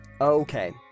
Okay